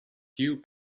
few